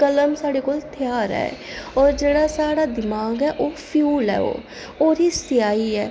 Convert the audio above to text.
कलम साढ़े कोल थेहार ऐ और जेह्ड़ा साढ़ा दमाग ऐ ओह् फ्यूल ऐ ओह् ओह्दी स्याही ऐ